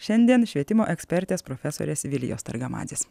šiandien švietimo ekspertės profesorės vilijos targamadzės